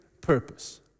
purpose